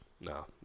No